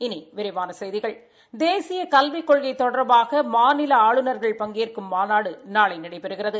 இனி விரிவான செய்திகள் தேசிய கல்விக் கொள்கை தொடர்பாக மாநில ஆளுநர்கள் பங்கேற்கும் மாநாடு நாளை நடைபெறுகிறது